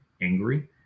angry